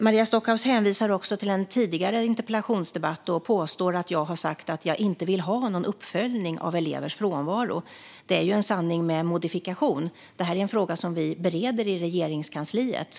Maria Stockhaus hänvisar också till en tidigare interpellationsdebatt och påstår att jag har sagt att jag inte vill ha någon uppföljning av elevers frånvaro. Det är en sanning med modifikation. Detta är en fråga som vi bereder i Regeringskansliet.